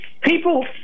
People